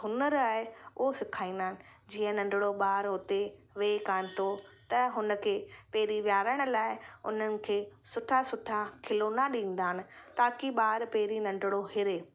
हुनरु आहे उहो सेखारींदा आहिनि जीअं नंढड़ो ॿारु हुते वेहि कान थो त हुन खे पहिरीं विहारण लाइ उन्हनि खे सुठा सुठा खिलौना ॾींदा आहिनि ताकी ॿार पहिरीं नंढड़ो हिड़े